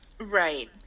right